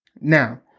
Now